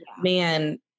man